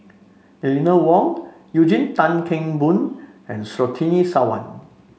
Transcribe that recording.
Eleanor Wong Eugene Tan Kheng Boon and Surtini Sarwan